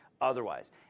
otherwise